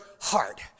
heart